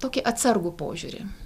tokį atsargų požiūrį